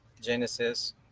Genesis